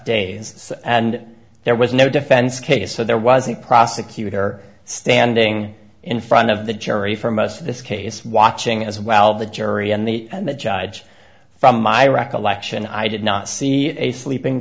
days and there was no defense case so there was the prosecutor standing in front of the jury for most of this case watching as well the jury and the and the judge from my recollection i did not see a sleeping